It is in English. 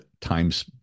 times